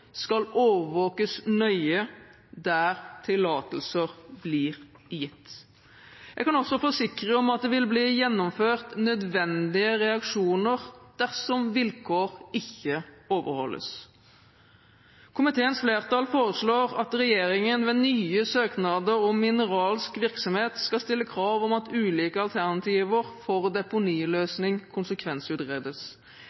skal overvåkes nøye der tillatelser blir gitt. Jeg kan også forsikre om at det vil bli gjennomført nødvendige reaksjoner dersom vilkår ikke overholdes. Komiteens flertall foreslår at regjeringen ved nye søknader om mineralsk virksomhet skal stille krav om at ulike alternativer for deponiløsning konsekvensutredes,